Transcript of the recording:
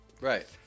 right